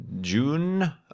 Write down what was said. June